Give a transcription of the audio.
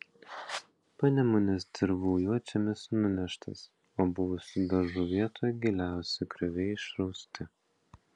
panemunės dirvų juodžemis nuneštas o buvusių daržų vietoje giliausi grioviai išrausti